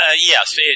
Yes